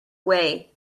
way